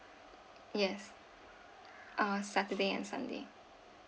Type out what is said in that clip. yes uh saturday and sunday